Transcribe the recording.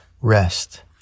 rest